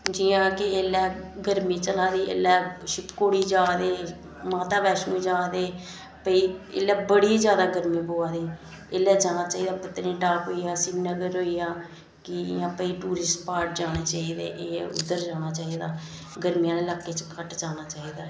जियां की ऐल्लै गर्मी चला दी ऐल्लै शिवखोड़ी जा दे माता वैष्णो देवी जा दे भई ऐल्लै बड़ी जादा गर्मी पवा दी ऐल्लै जाना चाहिदा पत्तनीटाप होइया सिरीनगर होइया कि भई इं'या टुरिस्ट स्पॉट जाना चाहिदे कि उद्धर जाना चाहिदा गर्मी आह्ले ल्हाके च घट्ट जाना चाहिदा ऐ